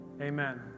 Amen